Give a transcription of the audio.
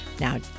Now